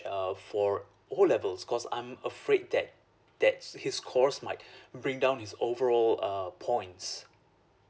uh for O levels cause I'm afraid that that's his scores might bring down his overall uh points